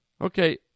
Okay